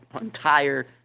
entire